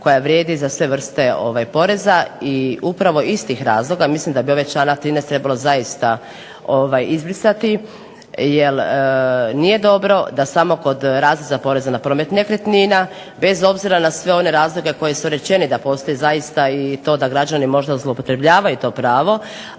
koja vrijedi za sve vrste poreza, i upravo iz tih razloga mislim da bi ovaj članak 13. trebalo zaista izbrisati jer nije dobro da samo kod razreza za porez nekretnina bez obzira na sve one razlike koje su rečene da postoje zaista i to da građani možda zloupotrebljavaju to pravo,